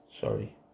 sorry